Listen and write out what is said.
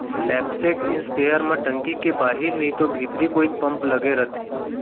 knapsack sprayer म टंकी के बाहिर नइतो भीतरी कोइत पम्प लगे रथे